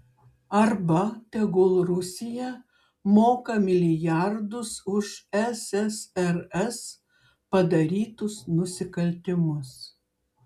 arba tegul rusija moka milijardus už ssrs padarytus nusikaltimus